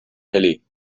hilly